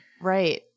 Right